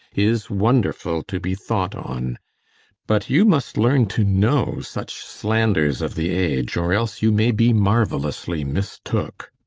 is wonderfull to be thought on but you must learne to know such slanders of the age, or else you may be maruellously mistooke